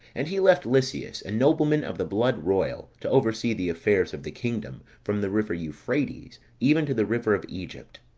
and he left lysias, a nobleman of the blood royal to oversee the affairs of the kingdom from the river euphrates even to the river of egypt